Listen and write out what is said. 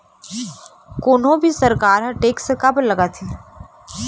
कोनो भी सरकार ह टेक्स काबर लगाथे?